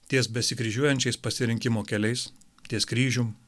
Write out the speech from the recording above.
ties besikryžiuojančiais pasirinkimo keliais ties kryžium